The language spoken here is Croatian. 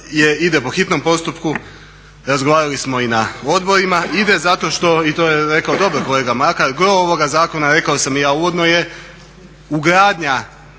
ide po hitnom postupku? Razgovarali smo i na odborima, ide zato, i to je rekao dobro kolega Mlakar, gro ovoga zakona, rekao sam i ja uvodno je ugradnja